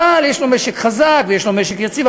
אבל יש לו משק חזק ויש לו משק יציב.